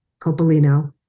Copolino